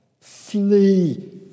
Flee